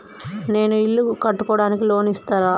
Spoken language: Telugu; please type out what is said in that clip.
నేను ఇల్లు కట్టుకోనికి లోన్ ఇస్తరా?